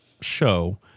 show